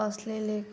असलेले